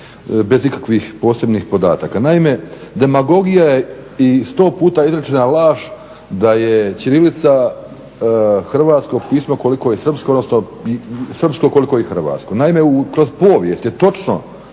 bez ikakvih posebnih podataka. Naime, demagogija i sto puta izrečena laž da je ćirilica hrvatsko pismo koliko i srpsko odnosno srpsko koliko i hrvatsko. Naime, kroz povijest je točno